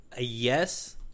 yes